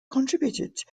contributed